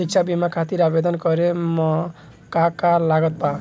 शिक्षा बीमा खातिर आवेदन करे म का का लागत बा?